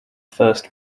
first